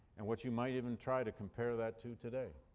and what you might even try to compare that to today.